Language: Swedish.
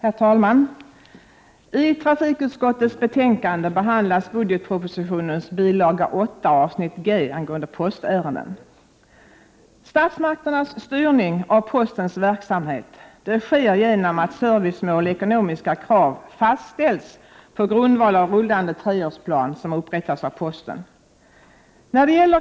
Herr talman! I trafikutskottets betänkande behandlas budgetpropositionens bilaga 8, avsnittet G, Postväsende. Statsmakternas styrning av postens verksamhet sker genom att servicemål och ekonomiska krav fastställs på grundval av rullande treårsplan som upprättas av posten.